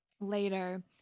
later